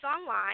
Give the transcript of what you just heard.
online